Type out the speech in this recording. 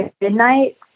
midnight